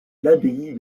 l’abbaye